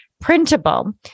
printable